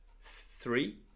three